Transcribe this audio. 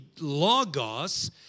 logos